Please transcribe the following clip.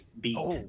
beat